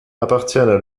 appartiennent